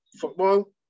football